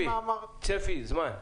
זמן.